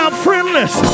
friendless